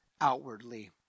outwardly